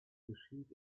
geschieht